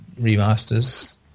remasters